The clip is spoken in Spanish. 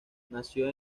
nació